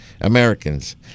Americans